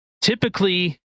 typically